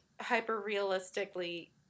hyper-realistically